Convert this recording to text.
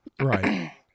Right